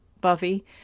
Buffy